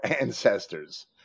ancestors